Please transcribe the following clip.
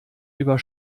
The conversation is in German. über